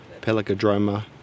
Pelagodroma